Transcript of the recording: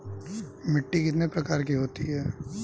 मिट्टी कितने प्रकार की होती हैं?